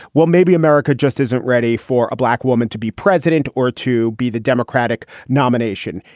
well, maybe america just isn't ready for a black woman to be president or to be the democratic nomination.